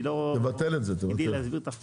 תבטל את זה תבטל.